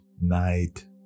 night